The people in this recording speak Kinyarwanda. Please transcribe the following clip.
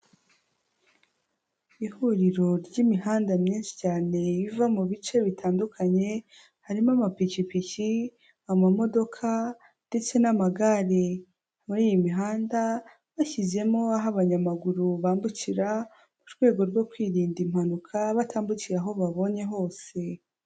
Ihuriro ry'imihanda myinshi cyane riva mu bice bitandukanye, harimo amapikipiki, amamodoka ndetse n'amagare, muri iyi mihanda bashyizemo aho abanyamaguru bambukira mu rwego rwo kwirinda impanuka, batambukira aho babonye hose.